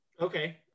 Okay